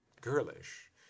girlish